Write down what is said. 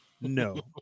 No